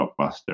blockbuster